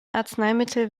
arzneimittel